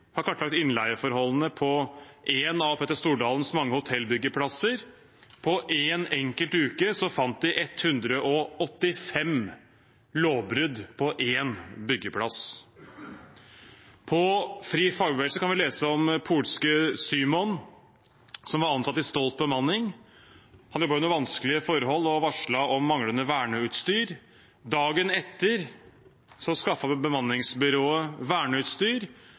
har kartlagt innleieforholdene på en av Petter Stordalens mange hotellbyggeplasser. På en enkelt uke fant de 185 lovbrudd – på én byggeplass. På FriFagbevegelse kan vi lese om polske Szymon som var ansatt i Stolt bemanning. Han jobbet under vanskelige forhold og varslet om manglende verneutstyr. Dagen etter skaffet bemanningsbyrået verneutstyr,